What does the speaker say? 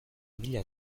mila